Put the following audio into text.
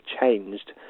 changed